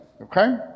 okay